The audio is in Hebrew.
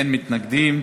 אין מתנגדים.